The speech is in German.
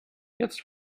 jetzt